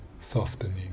softening